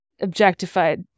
objectified